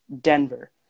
Denver